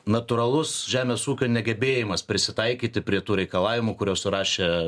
natūralus žemės ūkio negebėjimas prisitaikyti prie tų reikalavimų kuriuos surašė